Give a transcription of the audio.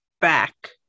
back